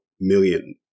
million